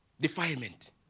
defilement